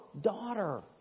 daughter